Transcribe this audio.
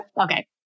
okay